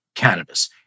Cannabis